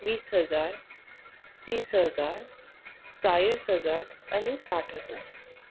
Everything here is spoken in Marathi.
वीस हजार तीस हजार चाळीस हजार आणि साठ हजार